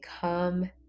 come